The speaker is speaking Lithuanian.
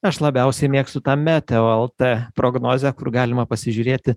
aš labiausiai mėgstu tą meteo el tė prognozę kur galima pasižiūrėti